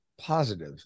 positive